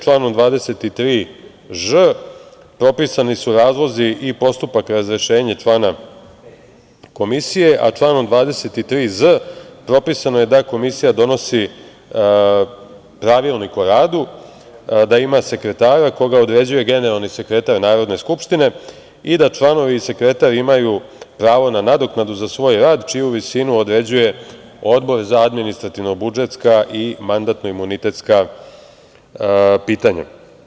Članom 23ž propisani su razlozi i postupak razrešenja člana komisije, a članom 23z propisano je da komisija donosi pravilnik o radu, da ima sekretara koga određuje generalni sekretar Narodne skupštine i da članovi i sekretar imaju pravo na nadoknadu za svoj rad, a čiju visinu određuje Odbor za administrativno-budžetska i mandatno-imunitetska pitanja.